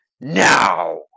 now